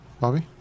Bobby